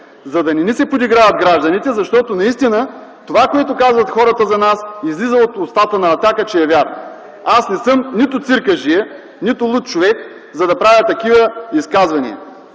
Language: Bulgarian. за да не ни се подиграват гражданите. Наистина, това, което казват хората за нас, от устата на „Атака” излиза, че е вярно. Аз не съм нито циркаджия, нито луд човек, за да правя такива изказвания.